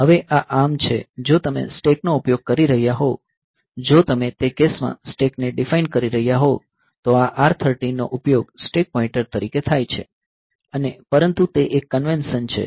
હવે આ ARM છે જો તમે સ્ટેક નો ઉપયોગ કરી રહ્યાં હોવ જો તમે તે કેસમાં સ્ટેકને ડિફાઇન કરી રહ્યાં હોવ તો આ R 13 નો ઉપયોગ સ્ટેક પોઇન્ટર તરીકે થાય છે અને પરંતુ તે એક કન્વેન્શન છે